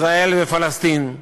ישראל ופלסטין.